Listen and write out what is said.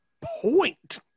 point